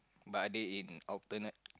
but are they in alternate